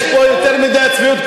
יש פה יותר מדי צביעות,